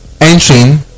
entering